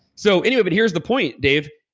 so anyway, but here's the point, dave.